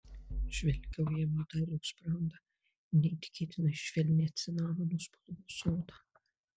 žvelgiau jam į dailų sprandą į neįtikėtinai švelnią cinamono spalvos odą